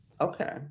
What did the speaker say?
Okay